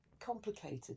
complicated